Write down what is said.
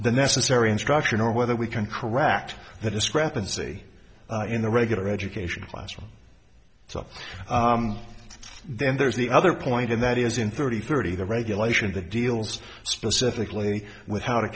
the necessary instruction or whether we can correct that discrepancy in the regular education classroom so then there's the other point and that is in thirty thirty the regulation that deals specifically with